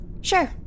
Sure